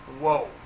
Whoa